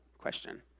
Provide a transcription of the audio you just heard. question